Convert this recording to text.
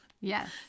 Yes